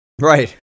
right